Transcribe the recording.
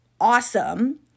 awesome